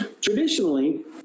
traditionally